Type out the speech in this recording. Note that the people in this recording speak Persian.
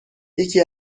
یکی